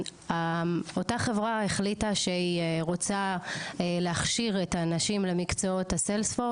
אותה חברה החליטה שהיא רוצה להכשיר את האנשים למקצועות ה- Salesforce,